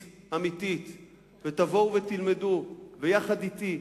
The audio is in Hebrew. ותבואו ותלמדו, יחד אתי.